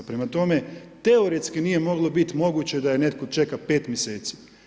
Prema tome, teoretski nije moglo bit moguće da je netko čeka 5 mjeseci.